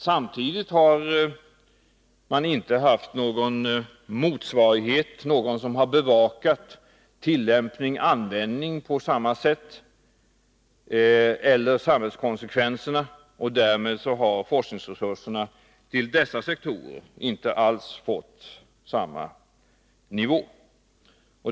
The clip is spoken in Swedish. Samtidigt har man inte haft någon motsvarighet som bevakat tillämpningen och användningen eller samhällskonsekvenserna. Därmed har forskningsresurserna till dessa sektorer inte alls nått upp till samma nivå.